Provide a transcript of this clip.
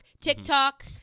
TikTok